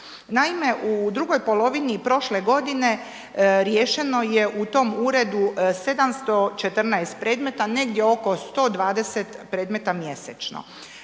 Naime, u drugoj polovini prošle godine, riješeno je u tom uredu 714 predmeta, negdje oko 120 predmeta mjesečno.